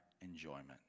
enjoyment